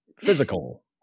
Physical